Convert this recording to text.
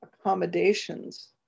accommodations